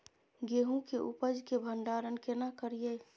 गेहूं के उपज के भंडारन केना करियै?